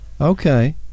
Okay